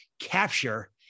capture